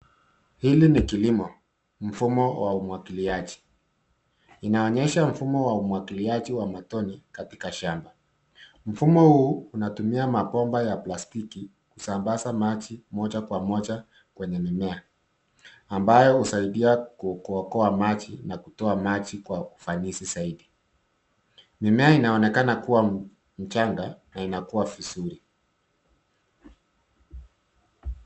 Hili ni kilimo, mfumo wa umwagiliaji. Inaonyesha mfumo wa umwagiliaji wa matone katika shamba. Mfumo huu unatumia mabomba ya plastiki kisambaza maji moja kwa moja kwenye mimea, ambayo husaidia kuokoa maji na kutoa maji kwa ufanisi zaidi. Mimea inaonekana kuwa mchanga na inakua vizuri.